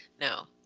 no